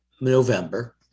November